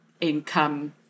income